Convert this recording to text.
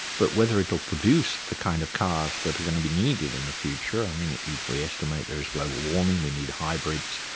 but whether it'll produce the kind of cars that are going to be needed in the future, i mean if we estimate there is global warming, we need hybrids,